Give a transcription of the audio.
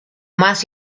más